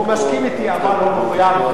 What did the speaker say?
הוא מסכים אתי, אבל הוא מחויב,